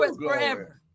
forever